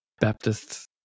Baptists